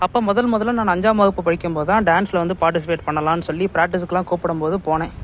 அப்போ முதல் முதல்ல நான் அஞ்சாம் வகுப்பு படிக்கும் போது தான் டான்ஸில் வந்து பார்ட்டிசிபேட் பண்ணலாம்னு சொல்லி ப்ராக்டிஸ்க்கெலாம் கூப்பிடும் போது போனேன்